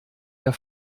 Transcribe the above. der